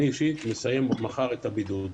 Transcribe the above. אישית אני מסיים מחר את הבידוד.